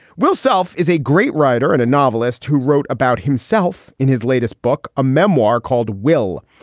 will self is a great writer and a novelist who wrote about himself in his latest book, a memoir called will.